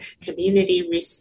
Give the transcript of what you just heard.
community